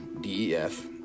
DEF